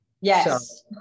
Yes